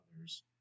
others